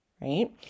right